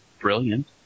brilliant